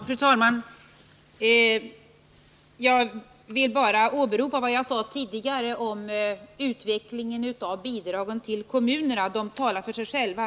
Fru talman! Jag vill bara åberopa vad jag sade tidigare om utvecklingen av bidragen till kommunerna. De talar för sig själva.